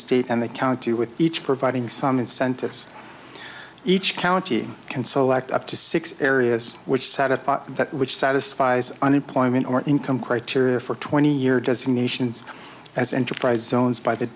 state and the county with each providing some incentives each county can select up to six areas which satisfy that which satisfies unemployment or income criteria for twenty year designations as enterprise zones by th